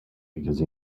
because